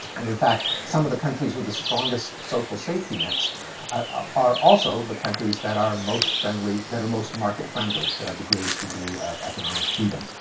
and in fact, some of the countries with the strongest social safety nets are also the countries that are most like that are most market-friendly, that have the greatest degree of economic freedom.